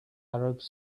arabs